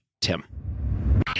Tim